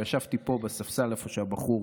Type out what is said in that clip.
ישבתי פה בספסל, איפה שהבחור